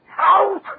Out